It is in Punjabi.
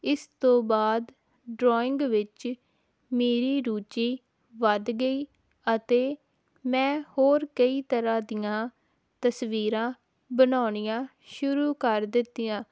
ਇਸ ਤੋਂ ਬਾਅਦ ਡਰੋਇੰਗ ਵਿੱਚ ਮੇਰੀ ਰੁਚੀ ਵੱਧ ਗਈ ਅਤੇ ਮੈਂ ਹੋਰ ਕਈ ਤਰ੍ਹਾਂ ਦੀਆਂ ਤਸਵੀਰਾਂ ਬਣਾਉਣੀਆ ਸ਼ੁਰੂ ਕਰ ਦਿੱਤੀਆਂ